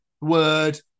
word